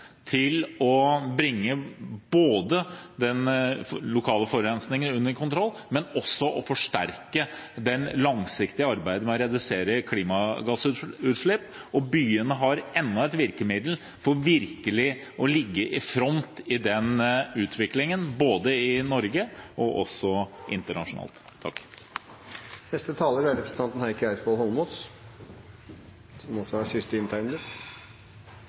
til både å bringe den lokale forurensningen under kontroll og å forsterke det langsiktige arbeidet med å redusere klimagassutslipp. Byene har enda et virkemiddel for virkelig å ligge i front i den utviklingen, både i Norge og internasjonalt. Jeg er veldig enig i det siste som